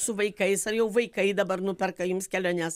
su vaikais ar jau vaikai dabar nuperka jums keliones